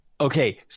Okay